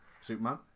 Superman